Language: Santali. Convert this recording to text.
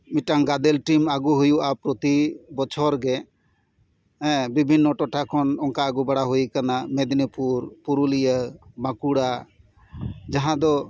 ᱢᱤᱫᱴᱟᱝ ᱜᱟᱫᱮᱞ ᱴᱤᱢ ᱟᱹᱜᱩ ᱦᱩᱭᱩᱜᱼᱟ ᱯᱨᱚᱛᱤ ᱵᱚᱪᱷᱚᱨ ᱜᱮ ᱦᱮᱸ ᱵᱤᱵᱷᱤᱱᱱᱚ ᱴᱚᱴᱷᱟ ᱠᱷᱚᱱ ᱚᱱᱠᱟ ᱟᱹᱜᱩ ᱵᱟᱲᱟ ᱦᱩᱭ ᱟᱠᱟᱱᱟ ᱢᱮᱫᱽᱱᱤᱯᱩᱨ ᱯᱩᱨᱩᱞᱤᱭᱟᱹ ᱵᱟᱸᱠᱩᱲᱟ ᱡᱟᱦᱟᱸ ᱫᱚ